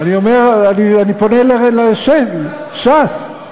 אני אומר, אני פונה לשם, ש"ס.